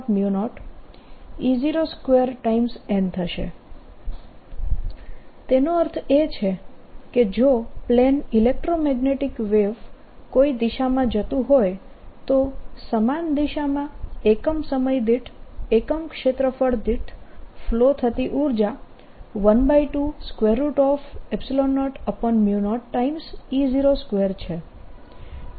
r ωt Time Average Poynting Vector12E02000 તેનો અર્થ એ છે કે જો પ્લેન ઈલેક્ટ્રોમેગ્નેટીક વેવ કોઈ દિશામાં જતું હોય તો સમાન દિશામાં એકમ સમય દીઠ એકમ ક્ષેત્રફળ દીઠ ફ્લો થતી ઊર્જા 1200 E02 છે